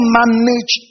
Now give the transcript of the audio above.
manage